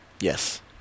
Yes